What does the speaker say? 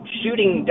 shooting